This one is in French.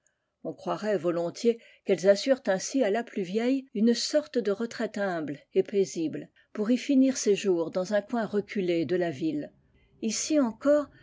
on croirait volontiers qu'elles assurent ainsi à la plus vieille une sorte de retraite humble et paisible pour y finir ses jours dans un coin reculé de la ville ici encore